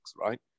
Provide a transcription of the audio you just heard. right